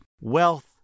Wealth